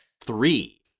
three